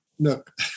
Look